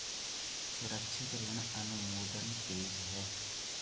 सुरक्षित ऋण अनुमोदन तेज है